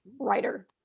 writer